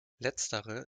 letztere